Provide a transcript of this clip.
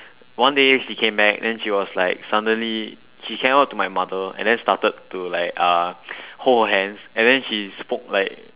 one day she came back then she was like suddenly she came out to my mother and then started to like uh hold herhands and then she spoke like